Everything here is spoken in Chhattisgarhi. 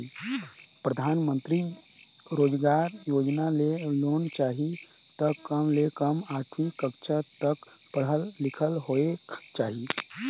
परधानमंतरी रोजगार योजना ले लोन चाही त कम ले कम आठवीं कक्छा तक पढ़ल लिखल होएक चाही